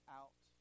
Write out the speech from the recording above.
out